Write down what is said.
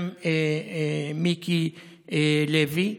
גם מיקי לוי,